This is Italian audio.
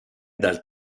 dal